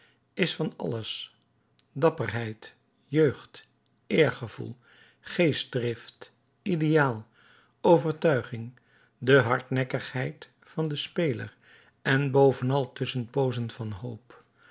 is van alles dapperheid jeugd eergevoel geestdrift ideaal overtuiging de hardnekkigheid van den speler en bovenal tusschenpoozen van hoop